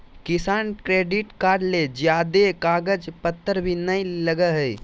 किसान credit card ले ज्यादे कागज पतर भी नय लगय हय